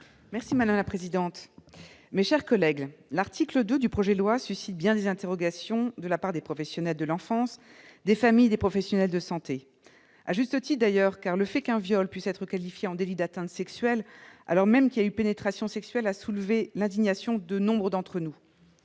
est à Mme Laure Darcos, sur l'article. L'article 2 du projet de loi suscite bien des interrogations de la part des professionnels de l'enfance, des familles et des professionnels de santé ; à juste titre d'ailleurs, car le fait qu'un viol puisse être requalifié en délit d'atteinte sexuelle, alors même qu'il y a eu pénétration sexuelle, a soulevé l'indignation de nombre d'entre nous.